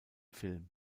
film